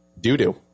doo-doo